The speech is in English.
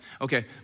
Okay